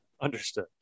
Understood